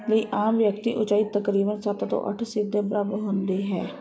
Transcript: ਲਈ ਆਮ ਵਿਅਕਤੀ ਉਚਾਈ ਤਕਰੀਬਨ ਸੱਤ ਤੋਂ ਅੱਠ ਸੀਟ ਦੇ ਬਰਾਬਰ ਹੁੰਦੀ ਹੈ